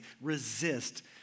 resist